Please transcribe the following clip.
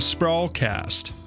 Sprawlcast